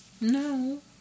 No